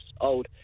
old